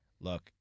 Look